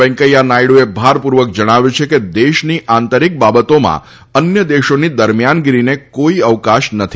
વેંકૈયા નાયડુએ ભારપૂર્વક જણાવ્યું છે કે દેશની આંતરિક બાબતોમાં અન્ય દેશોની દરમિયાનગીરીને કોઇ અવકાશ નથી